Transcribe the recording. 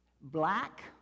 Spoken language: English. Black